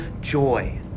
joy